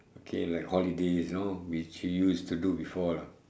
okay like holidays you know which we used to do before lah